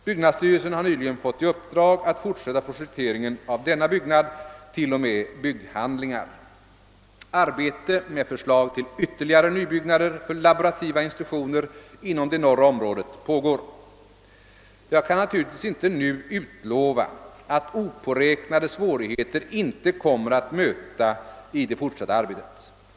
Byggnadsstyrelsen har nyligen fått i uppdrag att fortsätta projekteringen av denna byggnad till och med bygghandlingar. Arbete med förslag till ytterligare nybyggnader för laborativa institutioner inom det norra området pågår. Jag kan naturligtvis inte nu utlova att opåräknade svårigheter inte kommer att möta i det fortsatta arbetet.